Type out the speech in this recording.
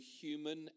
human